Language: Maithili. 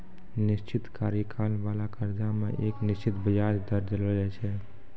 निश्चित कार्यकाल बाला कर्जा मे एक निश्चित बियाज दर देलो जाय छै